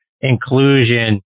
inclusion